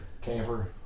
Camper